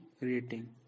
rating